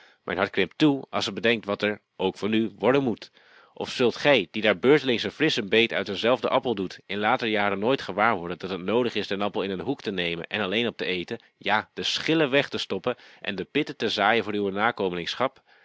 hart krimpt toe als het bedenkt wat er ook van u worden moet of zult gij die daar beurtelings een frisschen beet uit een zelfden appel doet in later jaren nooit gewaar worden dat het noodig is den appel in een hoek te nemen en alleen op te eten ja de schillen weg te stoppen en de pitten te zaaien voor uwe